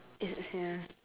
it's it's ya